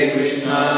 Krishna